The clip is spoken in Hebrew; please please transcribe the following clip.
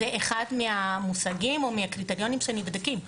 זה אחד מהמושגים או מהקריטריונים שנבדקים,